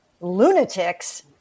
lunatics